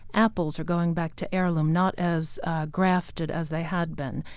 apples are going back to heirloom, not as grafted as they had been.